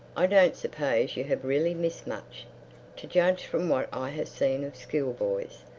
i don't suppose you have really missed much to judge from what i have seen of school-boys.